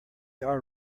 are